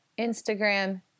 Instagram